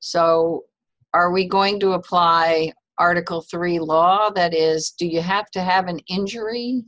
so are we going to apply article three law that is do you have to have an injury